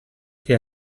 che